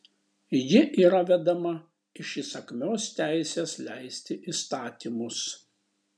ji yra vedama iš įsakmios teisės leisti įstatymus